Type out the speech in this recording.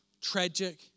tragic